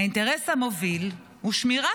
האינטרס המוביל הוא שמירה,